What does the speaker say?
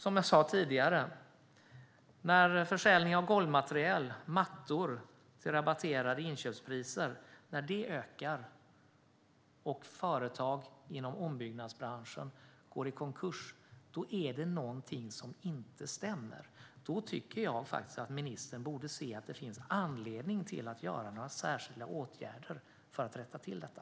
Som jag sa tidigare: När försäljningen av golvmaterial, mattor, till rabatterade inköpspriser ökar och företag inom ombyggnadsbranschen går i konkurs är det något som inte stämmer. Då tycker jag att ministern borde se att det finns anledning att vidta några särskilda åtgärder för att rätta till detta.